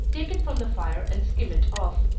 take it from the fire, and skim it off.